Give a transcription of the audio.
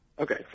Okay